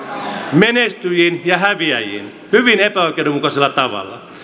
menestyjiin ja häviäjiin hyvin epäoikeudenmukaisella tavalla